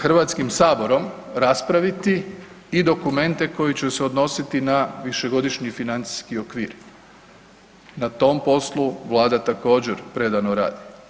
Mi ćemo sa HS-om raspraviti i dokumente koji će se odnositi na višegodišnji financijski okvir, na tom poslu Vlada također predano radi.